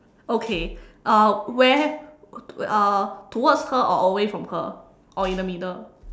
okay uh where uh towards her or away from her or in the middle